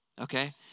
Okay